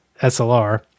SLR